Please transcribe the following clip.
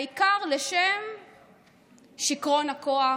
העיקר לשם שיכרון הכוח.